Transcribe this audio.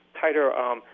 tighter